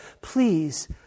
please